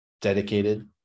dedicated